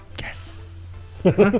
Yes